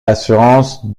assurance